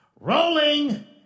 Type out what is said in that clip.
Rolling